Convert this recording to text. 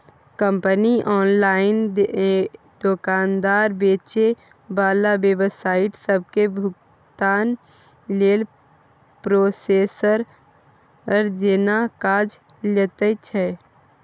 company online दोकानदार, बेचे बला वेबसाइट सबके भुगतानक लेल प्रोसेसर जेना काज लैत छै